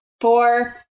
four